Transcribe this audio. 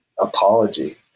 apology